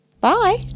Bye